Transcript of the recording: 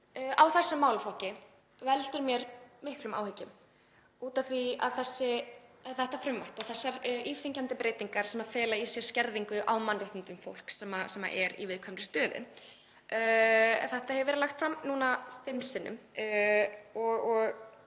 á þessum málaflokki veldur mér miklum áhyggjum af því að þetta frumvarp, og þessar íþyngjandi breytingar sem fela í sér skerðingu á mannréttindum fólks sem er í viðkvæmri stöðu, hefur verið lagt fram núna fimm sinnum